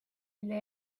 mille